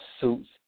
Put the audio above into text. suits